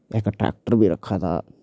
इक ट्रैक्टर बी रक्खा दा